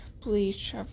Bleach